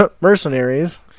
mercenaries